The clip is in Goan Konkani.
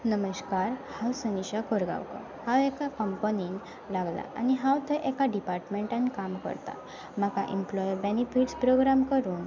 नमस्कार हांव सनिशा कोरगांवकर हांव एका कंपनीन लागलां आनी हांव थंय एका डिपार्टमेंटान काम करता म्हाका इमप्लॉयर बेनिफिट्स प्रोग्राम करून